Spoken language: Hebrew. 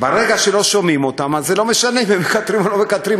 שלא שומעים אותם אז זה לא משנה אם הם מקטרים או לא מקטרים.